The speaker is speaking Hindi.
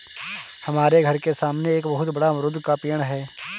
हमारे घर के सामने एक बहुत बड़ा अमरूद का पेड़ है